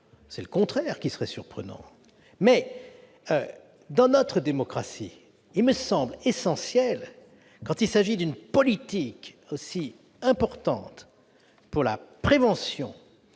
c'est le contraire qui aurait été surprenant ! Toutefois, dans notre démocratie, il me semble essentiel, au sujet d'une politique aussi importante pour la prévention